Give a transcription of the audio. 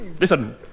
Listen